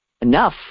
enough